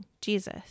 Jesus